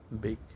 big